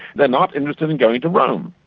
they're not interested in going to rome.